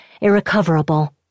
irrecoverable